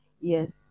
yes